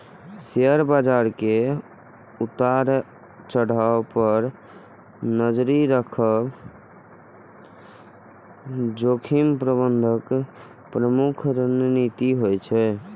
share बाजार के उतार चढ़ाव पर नजरि राखब जोखिम प्रबंधनक प्रमुख रणनीति होइ छै